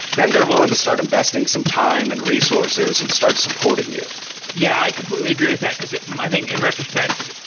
then they're willing to start investing some time and resources and start supporting you yeah, i completely agree with that, because, i think, in retrospect,